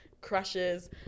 crushes